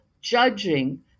judging